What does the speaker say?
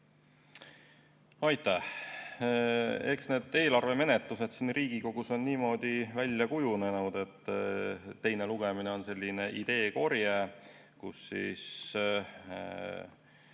Aitäh! Eks need eelarvemenetlused siin Riigikogus ole niimoodi välja kujunenud, et teine lugemine on selline ideekorje, kus